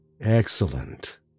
Excellent